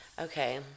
Okay